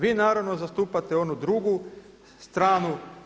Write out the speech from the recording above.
Vi naravno zastupate onu drugu stranu.